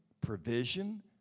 provision